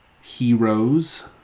heroes